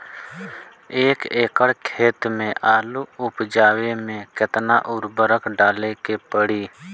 एक एकड़ खेत मे आलू उपजावे मे केतना उर्वरक डाले के पड़ी?